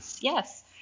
Yes